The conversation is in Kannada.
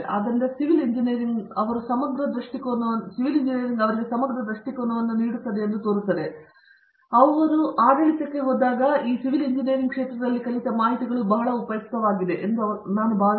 ಆದ್ದರಿಂದ ಕೆಲವು ಸಿವಿಲ್ ಎಂಜಿನಿಯರಿಂಗ್ ಅವರು ಸಮಗ್ರ ದೃಷ್ಟಿಕೋನವನ್ನು ನೀಡುತ್ತಿದ್ದಾರೆಂದು ತೋರುತ್ತದೆ ಅವುಗಳು ಆಡಳಿತಕ್ಕೆ ಬಂದಾಗ ಅವುಗಳು ಉಪಯುಕ್ತವಾಗುತ್ತವೆ ಎಂದು ಅವರು ಭಾವಿಸುತ್ತಾರೆ